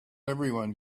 everyone